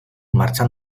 martxan